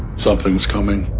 something's coming.